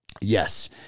Yes